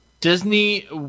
Disney